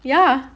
yeah